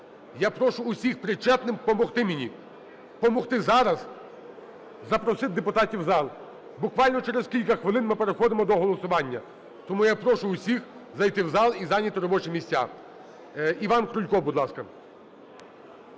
Я прошу всіх причетних помогти мені, помогти зараз запросити депутатів у зал, буквально через кілька хвилин ми переходимо до голосування. Тому я прошу всіх зайти в зал і зайняти робочі місця. Іван Крулько, будь ласка.